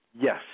Yes